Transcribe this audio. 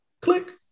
Click